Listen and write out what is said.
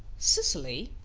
cecily!